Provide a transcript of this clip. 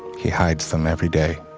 he hides them everyday.